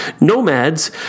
nomads